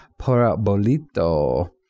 Parabolito